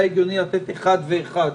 היה הגיוני לתת אחד ואחד.